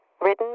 Written